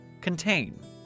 Contain